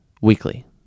weekly